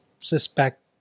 suspect